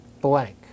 blank